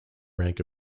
rank